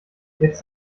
jetzt